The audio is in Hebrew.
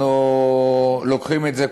אנחנו לוקחים את זה,